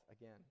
again